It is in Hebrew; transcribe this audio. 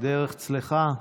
דרך צלחה.